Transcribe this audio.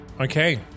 Okay